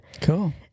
Cool